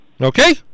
Okay